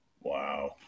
Wow